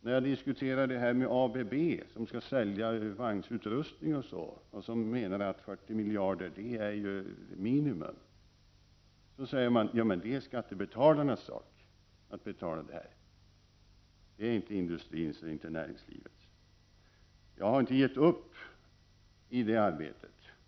När jag diskuterade frågan med ABV som skall sälja vagnutrustning och som menade att 40 miljarder var ett minimum, sade man att det är skattebetalarnas sak att betala kostnaderna. Det är inte industrins eller näringslivets skyldighet. Jag har inte gett upp detta arbete.